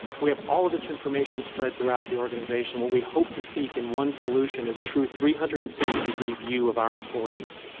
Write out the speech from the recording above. we have all of this information spread throughout the organization, and what we hope to seek in one solution is a true three hundred and sixty degree view of our employees.